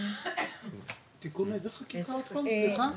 תיקון איזה חקיקה, סליחה?